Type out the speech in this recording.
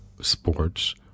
sports